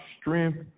strength